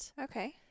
Okay